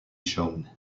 shown